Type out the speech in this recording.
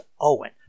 Owen